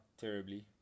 terribly